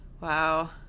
wow